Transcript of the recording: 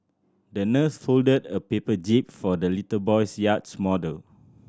the nurse folded a paper jib for the little boy's yacht model